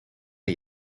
aan